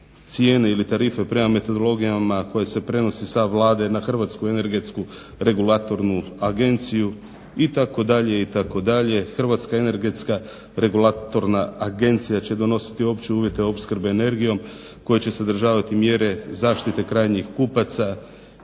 cijene ili tarife prema metodologijama koje se prenose sa Vlade na Hrvatsku energetsku regulatornu agenciju itd., itd." Hrvatska energetska regulatorna agencija će donositi opće uvjete opskrbe energijom koje će sadržavati mjere zaštite krajnjih kupaca